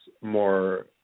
more